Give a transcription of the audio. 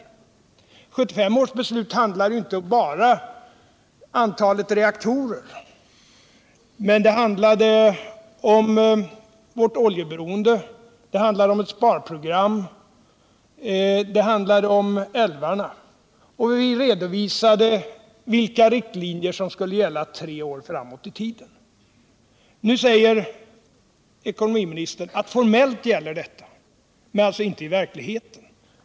1975 års beslut handlar inte bara om antalet reaktorer. Det handlar också om vårt oljeberoende, det innehåller ett sparprogram och det handlar om älvarna. Vi fastställde genom beslutet vilka riktlinjer som skulle gälla tre år framåt i tiden. Nu säger ekonomiministern att formellt gäller beslutet, men alltså inte i verkligheten.